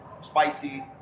spicy